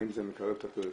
האם זה מקרב את הפריפריה,